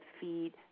feed